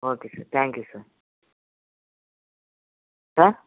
okay sir thank you sir sir